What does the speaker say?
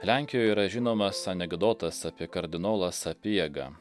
lenkijoj yra žinomas anekdotas apie kardinolą sapiegą